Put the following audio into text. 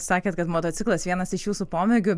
sakėt kad motociklas vienas iš jūsų pomėgių